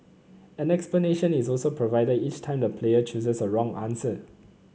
an explanation is also provided each time the player chooses a wrong answer